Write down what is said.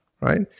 right